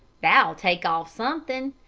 that'll take off something.